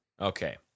okay